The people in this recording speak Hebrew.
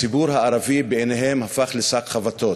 הציבור הערבי בעיניהם הפך לשק חבטות.